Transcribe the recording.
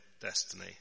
destiny